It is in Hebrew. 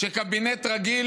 שקבינט רגיל,